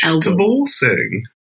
divorcing